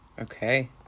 Okay